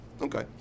Okay